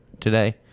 today